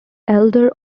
elder